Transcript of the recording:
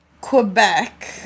Quebec